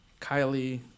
Kylie